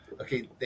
okay